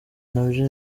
ntabyo